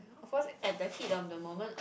of course at the heat of the moment